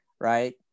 right